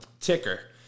ticker